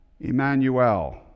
emmanuel